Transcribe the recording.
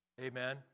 Amen